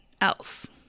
else